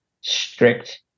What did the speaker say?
strict